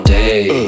day